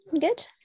good